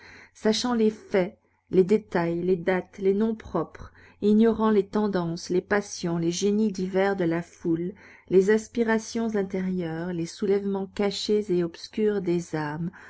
sachant les faits les détails les dates les noms propres ignorant les tendances les passions les génies divers de la foule les aspirations intérieures les soulèvements cachés et obscurs des âmes